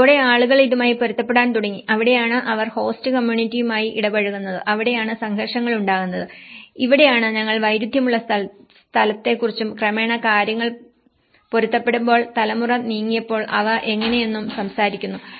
അതോടെ ആളുകൾ ഇതുമായി പൊരുത്തപ്പെടാൻ തുടങ്ങി അവിടെയാണ് അവർ ഹോസ്റ്റ് കമ്മ്യൂണിറ്റിയുമായി ഇടപഴകുന്നത് അവിടെയാണ് സംഘർഷങ്ങൾ ഉണ്ടാകുന്നത് ഇവിടെയാണ് ഞങ്ങൾ വൈരുദ്ധ്യമുള്ള സ്ഥലത്തെക്കുറിച്ചും ക്രമേണ കാര്യങ്ങൾ പൊരുത്തപ്പെടുമ്പോൾ തലമുറ നീങ്ങിയപ്പോൾ അവ എങ്ങനെയെന്നും സംസാരിക്കുന്നു